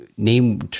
Name